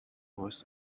was